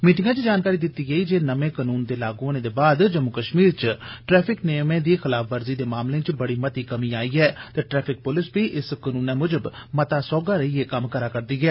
मीटिंगै च जानकारी दिती गेई जे नमे कनून दे लागू होने दे बाद जम्मू कष्मीर च ट्रैफिक नियमें दी खलाफवर्जी दे मामले च बड़ी मती कमी आई ऐ ते ट्रैफिक पुलस बी इस कनूनै मुजब मता सौहगा रेइयै कम्म करै करदी ऐ